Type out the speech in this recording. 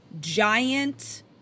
giant